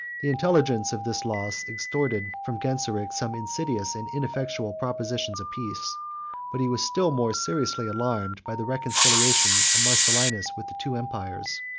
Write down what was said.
the intelligence of this loss extorted from genseric some insidious and ineffectual propositions of peace but he was still more seriously alarmed by the reconciliation of marcellinus with the two empires.